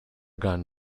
gun